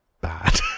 bad